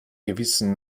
gewissen